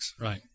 Right